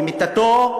במיטתו,